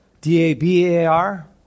D-A-B-A-R